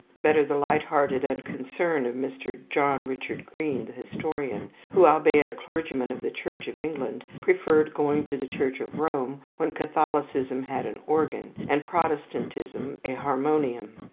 better the light-hearted unconcern of mr. john richard green, the historian, who, albeit a clergyman of the church of england, preferred going to the church of rome when catholicism had an organ, and protestantism, a harmonium.